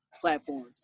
Platforms